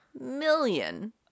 million